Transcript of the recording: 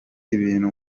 ibintu